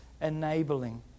enabling